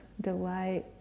delight